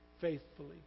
faithfully